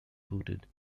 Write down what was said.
booted